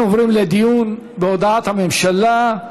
אנחנו עוברים לדיון בהודעת הממשלה.